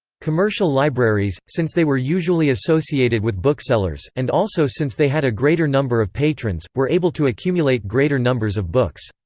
commercial libraries, since they were usually associated with booksellers, and also since they had a greater number of patrons, were able to accumulate greater numbers of books.